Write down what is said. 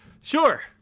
Sure